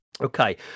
Okay